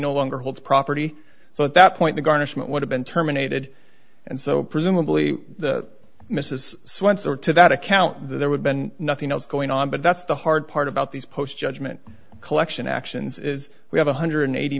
no longer holds property so at that point the garnishment would have been terminated and so presumably the mrs swenson it to that account there would been nothing else going on but that's the hard part about these post judgment collection actions is we have one hundred and eighty